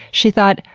she thought,